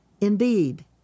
Indeed